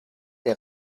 der